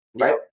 Right